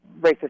racist